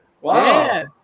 wow